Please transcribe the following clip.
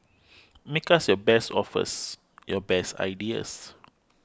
make us your best offers your best ideas